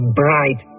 bright